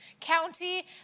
county